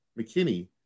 McKinney